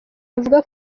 avuga